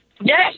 Yes